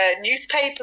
newspaper